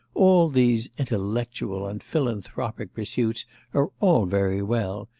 all these intellectual and philanthropic pursuits are all very well,